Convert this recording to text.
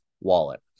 wallet